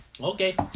Okay